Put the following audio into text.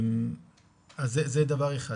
זה דבר אחד.